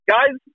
Guys